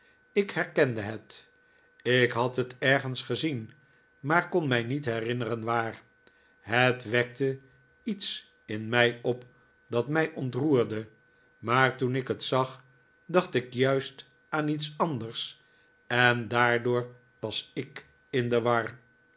ik herkende het ik had het ergens gezien maar kon mij niet herinneren waar het wekte iets in mij op dat mij ontroerde maar toen ik het zag dacht ik juist aan iets anders en daardoor was ik in de war